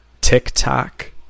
TikTok